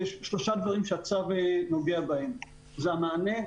יש שלושה דברים שהצו נוגע בהם: המענה,